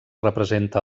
representa